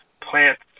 plants